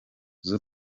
z’u